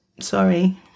sorry